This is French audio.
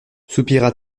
soupira